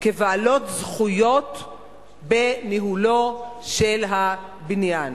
כבעלות זכויות בניהולו של הבניין.